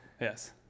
Yes